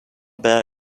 bear